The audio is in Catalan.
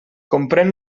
comprén